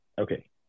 Okay